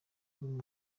bw’u